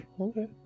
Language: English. Okay